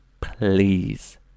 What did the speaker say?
please